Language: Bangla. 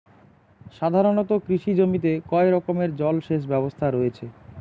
সাধারণত কৃষি জমিতে কয় রকমের জল সেচ ব্যবস্থা রয়েছে?